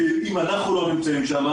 ואם אנחנו לא נמצאים שם,